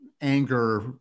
anger